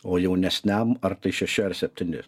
o jaunesniam ar tai šeši ar septyni